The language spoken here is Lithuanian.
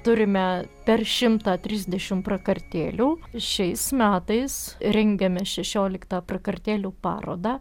turime per šimtą trisdešim prakartėlių šiais metais rengiame šešioliktą prakartėlių parodą